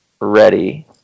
ready